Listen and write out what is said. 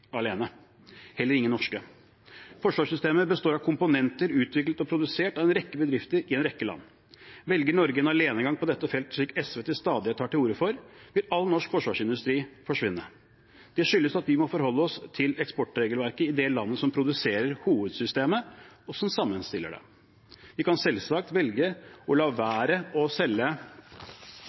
heller ingen norske. Forsvarssystemer består av komponenter utviklet og produsert av en rekke bedrifter i en rekke land. Velger Norge en alenegang på dette feltet, slik SV til stadighet tar til orde for, vil all norsk forsvarsindustri forsvinne. Det skyldes at vi må forholde oss til eksportregelverket i det landet som produserer hovedsystemet, og som sammenstiller det. Vi kan selvsagt velge å la være å selge